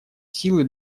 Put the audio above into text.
силы